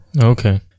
Okay